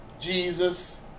Jesus